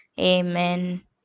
Amen